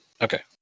Okay